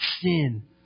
sin